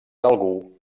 algú